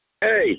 Hey